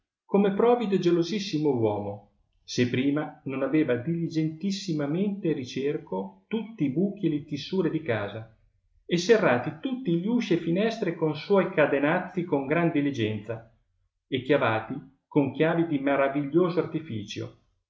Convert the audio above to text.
come provido e gelosissimo uomo se prima non aveva diligentissimamente ricerco tutti i buchi e le tìssure di casa e serrati tutti gli usci e finestre con suoi cadenazzi con gran diligenza e chiavati con chiavi di maraviglioso artificio